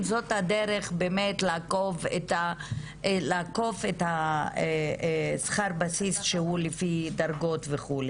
זאת הדרך לעקוף שכר בסיס שהוא לפי דרגות וכו',